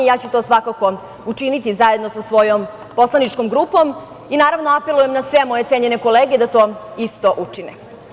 Ja ću to svakako učiniti zajedno sa svojom poslaničkom grupom i naravno apelujem na sve moje cenjene kolege da to isto učine.